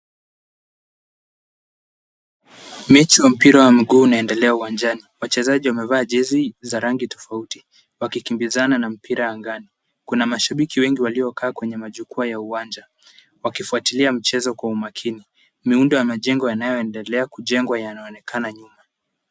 Mechi wa mpira wa mguu unaendelea uwanjani. Wachezaji wamevaa jezi za rangi tofauti wakikimbizana na mpira angani. Kuna mashabiki wengi waliokaa kwenye majukwaa ya uwanja wakifuatilia mchezo kwa umakini. Miundo ya majengo yanayoendelea kujengwa yanaonekana nyuma.